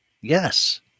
Yes